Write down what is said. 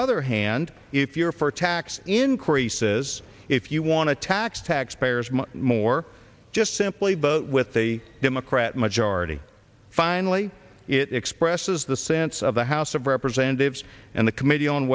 other hand if you're for tax increases if you want to tax tax payers much more just simply but with a democrat majority finally it expresses the sense of the house of representatives and the committee o